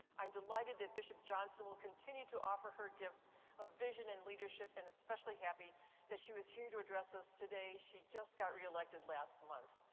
i am delighted that bishop johnson will continue to offer her gifts of vision and leadership, and especially happy that she is here to address us today. she just got reelected last month.